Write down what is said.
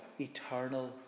eternal